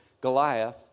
Goliath